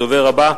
הדובר הבא,